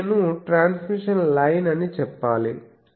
ఇది నేను transmission line అని చెప్పాలి